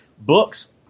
books